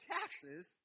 taxes